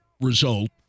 result